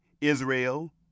israel